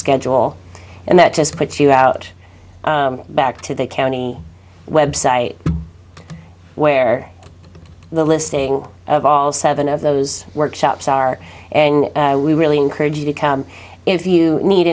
schedule and that just puts you out back to the county website where the listing of all seven of those workshops are and we really encourage you to come if you need